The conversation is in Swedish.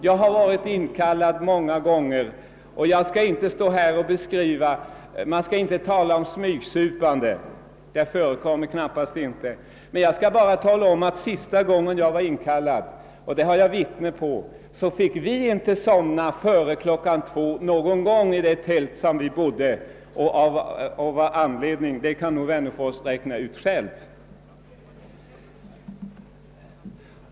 Jag har varit in kallad många gånger, herr Wennerfors, och något smygsupande förekommer knappast. Det sker ganska öppet. När jag var inkallad senast — och det har jag vittne på fick vi aldrig somna före klockan två i det tält där vi bodde. Anledningen till detta kan nog herr Wennerfors räkna ut själv.